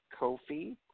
Kofi